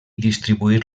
distribuir